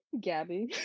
Gabby